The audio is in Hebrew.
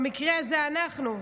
במקרה הזה אנחנו.